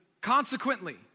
consequently